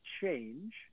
change